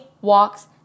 walks